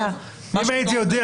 אם הייתי יודע,